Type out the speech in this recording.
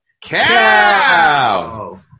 Cow